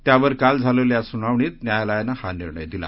त्यावर काल झालेल्या सुनावणीत न्यायालयानं हा निर्णय दिला